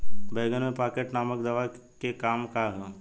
बैंगन में पॉकेट नामक दवा के का काम ह?